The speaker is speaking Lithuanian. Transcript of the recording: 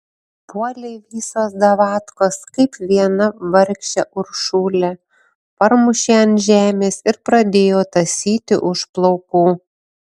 puolė visos davatkos kaip viena vargšę uršulę parmušė ant žemės ir pradėjo tąsyti už plaukų